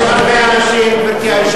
חבר הכנסת נסים זאב,